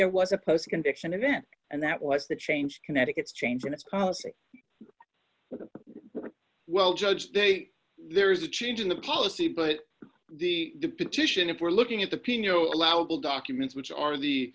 there was a post conviction event and that was the change connecticut's changing its policy well judge date there is a change in the policy but the petition if we're looking at the peano allowable documents which are